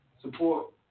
support